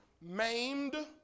maimed